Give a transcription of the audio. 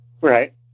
Right